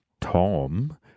Tom